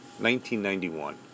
1991